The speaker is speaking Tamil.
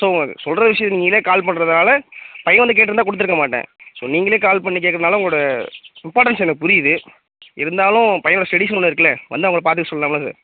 ஸோ சொல்கிற விஷ்யம் நீங்களே கால் பண்ணுறதால பையன் வந்து கேட்ருந்தால் கொடுத்திருக்க மாட்டேன் ஸோ நீங்களே கால் பண்ணி கேட்டனால உங்களோட இம்பார்ட்டன்ஸ் எனக்கு புரியுது இருந்தாலும் பையனோட ஸ்டடிஸ்ன்னு ஒன்று இருக்குல்ல வந்து அவங்கள பார்த்துக்க சொல்லாம்ல சார்